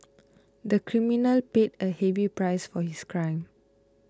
the criminal paid a heavy price for his crime